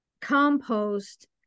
compost